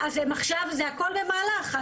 אז עכשיו הכול במהלך.